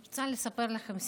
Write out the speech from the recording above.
אני רוצה לספר לכם סיפור,